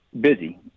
busy